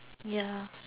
ya